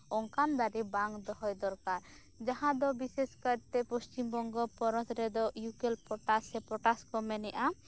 ᱚᱱᱠᱟᱱ ᱫᱟᱨᱮ ᱵᱟᱝ ᱫᱚᱦᱚᱭ ᱫᱚᱨᱠᱟᱨ ᱡᱟᱦᱟ ᱫᱚ ᱵᱤᱥᱮᱥ ᱠᱟᱭᱛᱮ ᱯᱚᱥᱪᱤᱢ ᱵᱚᱝᱜᱚ ᱯᱚᱱᱚᱛ ᱨᱮᱫᱚ ᱤᱭᱩᱠᱮᱞᱮᱯᱴᱟᱥ ᱥᱮ ᱯᱚᱴᱟᱥ ᱠᱩ ᱢᱮᱱᱮᱫᱟ